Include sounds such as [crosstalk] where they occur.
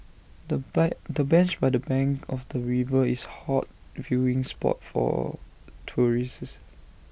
the [unintelligible] the bench by the bank of the river is hot viewing spot for tourists